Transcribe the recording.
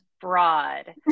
broad